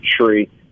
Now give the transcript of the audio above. tree